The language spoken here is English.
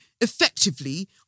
effectively